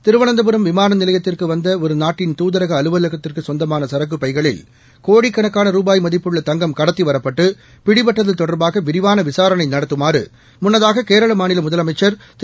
திருவனந்தபுரம் விமான நிலையத்திற்கு வந்த ஒரு நாட்டின் துதரக அலுவலகத்திற்குச் சொந்தமான சரக்குப் பைகளில் கோடிக்கணக்கான ரூபாய் மதிப்புள்ள தங்கம் கடத்தி வரப்பட்டு பிடிபட்டது தொடர்பாக விரிவான விசாரணை நடத்தமாறு முன்னதாக கேரள மாநில முதலமைச்சர் திரு